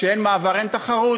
כשאין מעבר, אין תחרות,